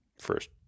first